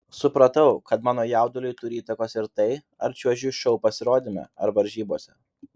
supratau kad mano jauduliui turi įtakos ir tai ar čiuožiu šou pasirodyme ar varžybose